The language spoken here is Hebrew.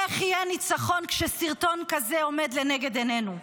איך יהיה ניצחון כשסרטון כזה עומד לנגד עינינו?